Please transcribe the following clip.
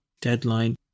deadline